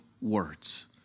words